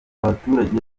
abaturage